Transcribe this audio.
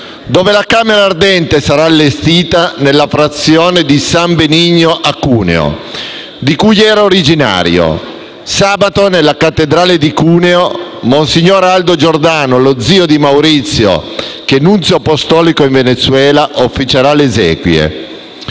e la camera ardente sarà allestita nella frazione di San Benigno a Cuneo, di cui era originario. Sabato, nella cattedrale di Cuneo, monsignor Aldo Giordano, lo zio di Maurizio, che è nunzio apostolico in Venezuela, officerà le esequie.